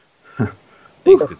Thanks